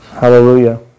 Hallelujah